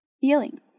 feeling